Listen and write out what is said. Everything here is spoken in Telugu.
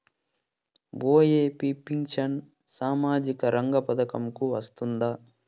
ఒ.ఎ.పి పెన్షన్ సామాజిక రంగ పథకం కు వస్తుందా?